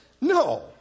No